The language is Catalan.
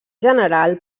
general